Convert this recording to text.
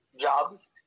jobs